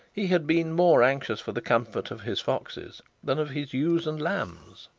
he had been more anxious for the comfort of his foxes than of his ewes and lambs.